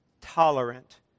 tolerant